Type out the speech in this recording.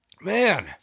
Man